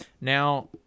Now